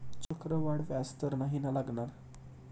चक्रवाढ व्याज तर नाही ना लागणार?